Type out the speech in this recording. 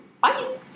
Bye